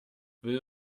will